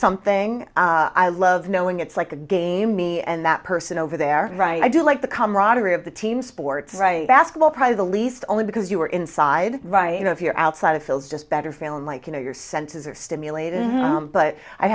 something i love knowing it's like a game me and that person over there right i do like the camaraderie of the team sports basketball probably the least only because you are inside right you know if you're outside of phil's just better feeling like you know your senses are stimulated but i